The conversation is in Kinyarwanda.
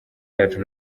yacu